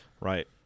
right